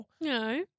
No